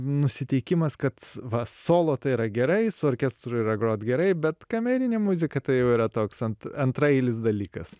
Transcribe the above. nusiteikimas kad va solo tai yra gerai su orkestru yra grot gerai bet kamerinė muzika tai jau yra toks ant antraeilis dalykas